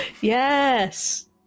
Yes